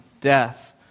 death